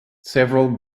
several